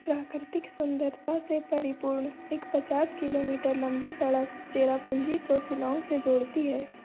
प्राकृतिक सुंदरता से परिपूर्ण एक पचास किलोमीटर लंबी सड़क चेरापुँजी को शिल्लौंग से जोड़ती है